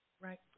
Right